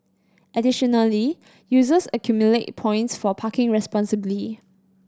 additionally users accumulate points for parking responsibly